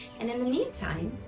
and in the meantime,